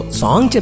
song